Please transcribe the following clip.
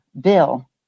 bill